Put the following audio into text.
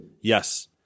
Yes